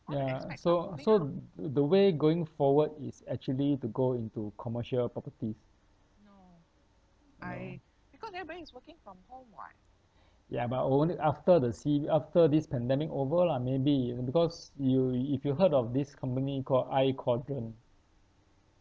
yeah so so the way going forward is actually to go into commercial properties yeah but only after the C_B after this pandemic over lah maybe you know because you if you heard of this company called I Quadrant